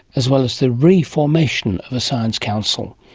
as well as the re-formation of a science council?